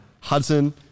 Hudson